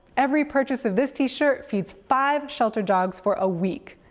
every purchase of this t-shirt feeds five shelter dogs for a week!